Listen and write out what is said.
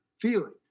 feeling